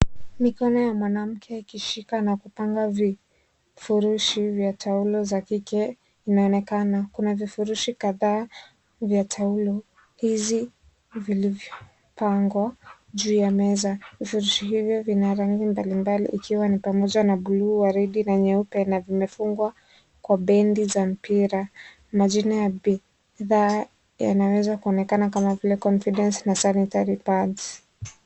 Mikono ya mwanamke ikishika na kupanga vifurushi vya taulo za kike zinaonekana. Kuna vifurushi kadhaa vya taulo hizi vilivyopangwa juu ya meza. Vifurushi hivyo vina rangi mbalimbali ikiwa ni pamoja na bluu, waridi na nyeupe na vimefungwa kwa bendi za mpira. Majina ya bidhaa yanaweza kuonekana kama vile confidence na sanitary pads .